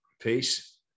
peace